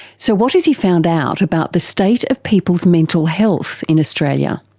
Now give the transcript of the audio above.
so, what has he found out about the state of people's mental health in australia?